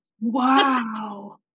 wow